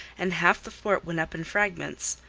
and half the fort went up in fragments.